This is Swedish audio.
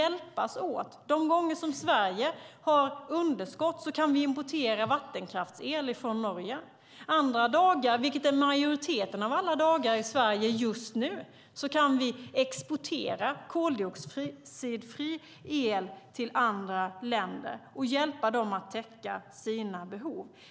De gånger som Sverige har underskott kan vi importera vattenkraftsel från Norge. Andra dagar, majoriteten av alla dagar just nu, kan vi exportera koldioxidfri el till andra länder och hjälpa dem att täcka sina behov.